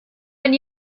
wenn